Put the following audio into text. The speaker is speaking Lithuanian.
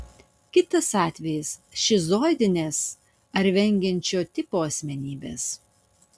kitas atvejis šizoidinės ar vengiančio tipo asmenybės